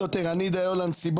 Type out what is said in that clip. כדי לנהל כאן דיון,